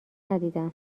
ندیدم